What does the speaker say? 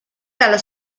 dalla